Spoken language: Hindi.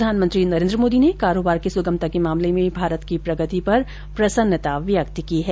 प्रधानमंत्री नरेन्द्र मोदी ने कारोबार की सुगमता के मामले में भारत की प्रगति पर प्रसन्नता व्यक्त की है